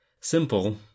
simple